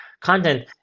content